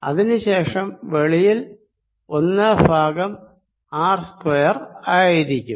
അതിനു ശേഷം വെളിയിൽ ഒന്ന് ബൈ ആർ സ്ക്വയർ ആയിരിക്കും